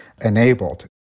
enabled